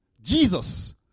Jesus